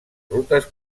rutes